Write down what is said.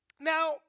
Now